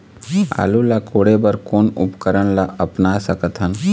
आलू ला कोड़े बर कोन उपकरण ला अपना सकथन?